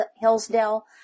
Hillsdale